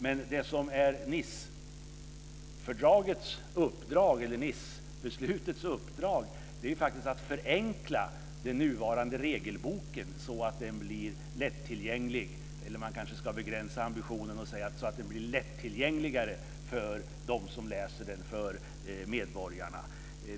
Men i Nicebeslutets uppdrag ligger att man ska förenkla den nuvarande regelboken så att den blir mer lättillgänglig för medborgarna.